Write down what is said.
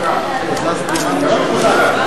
ביטול תשלומי הורים),